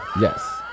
Yes